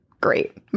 great